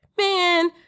Man